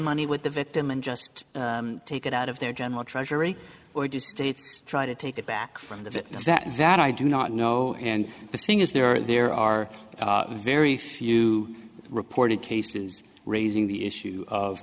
money with the victim and just take it out of their general treasury or do states try to take it back from the bit that that i do not know and the thing is there are there are very few reported cases raising the issue of